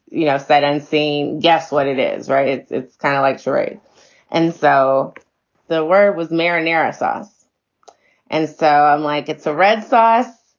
you know, sight unseen. guess what it is. right. it's it's kind of like. so right and so the word was marinara sauce and so i'm like, it's a red sauce.